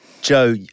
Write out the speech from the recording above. Joe